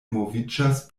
moviĝas